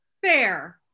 Fair